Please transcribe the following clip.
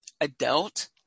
adult